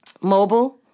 Mobile